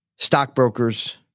stockbrokers